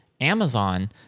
Amazon